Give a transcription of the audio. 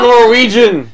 Norwegian